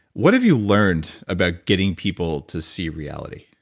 what have you learned about getting people to see reality?